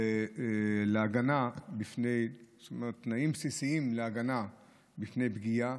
בה לתנאים בסיסיים: להגנה מפני פגיעה,